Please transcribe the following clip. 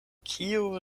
kiu